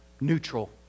neutral